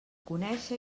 conèixer